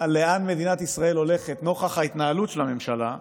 לאן מדינת ישראל הולכת נוכח ההתנהלות של הממשלה,